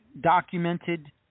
documented